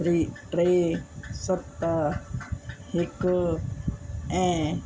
three टे सत हिकु ऐं